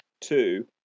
two